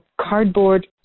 Cardboard